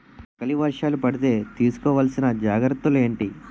ఆకలి వర్షాలు పడితే తీస్కో వలసిన జాగ్రత్తలు ఏంటి?